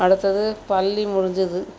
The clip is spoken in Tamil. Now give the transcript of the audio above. அடுத்தது பள்ளி முடிஞ்சுது